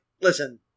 listen